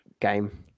game